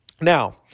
Now